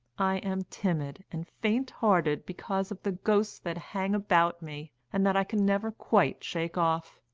i am timid and faint-hearted because of the ghosts that hang about me, and that i can never quite shake off.